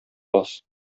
бас